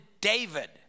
David